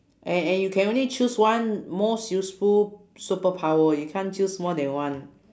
and and you can only choose one most useful superpower you can't choose more than one